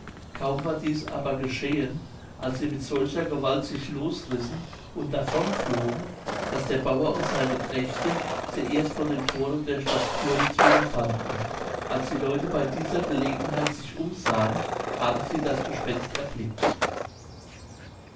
kaum war dies aber geschehen als sie mit solcher gewalt sich losrissen und davon flogen daß der bauer und seine knechte sie erst vor dem thore der stadt pyritz wieder fanden als die leute bei dieser gelegenheit sich umsahen haben sie das gespenst erblickt